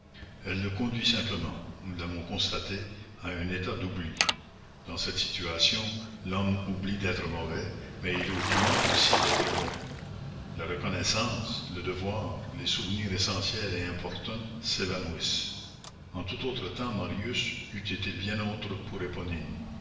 elle le conduit simplement nous l'avons constaté à un état d'oubli dans cette situation l'homme oublie d'être mauvais mais il oublie aussi d'être bon la reconnaissance le devoir les souvenirs essentiels et importuns s'évanouissent en tout autre temps marius eût été bien autre pour éponine